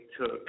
took